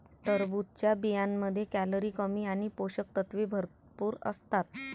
टरबूजच्या बियांमध्ये कॅलरी कमी आणि पोषक तत्वे भरपूर असतात